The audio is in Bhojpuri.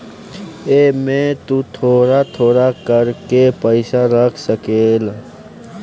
एमे तु थोड़ा थोड़ा कर के पईसा रख सकेल